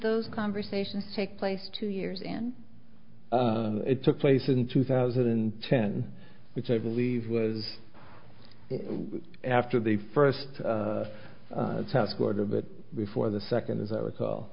those conversations take place two years and it took place in two thousand and ten which i believe was after the first task order but before the second as i recall